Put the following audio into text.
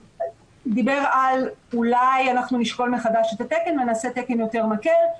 הוא דיבר על אולי אנחנו נשקול מחדש את התקן ונעשה תקן יותר מקל,